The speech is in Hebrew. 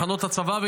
מחנות הצבא,